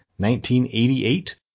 1988